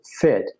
fit